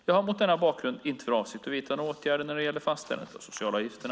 Jag har mot denna bakgrund inte för avsikt att vidta några åtgärder när det gäller fastställandet av socialavgifterna.